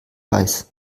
weiß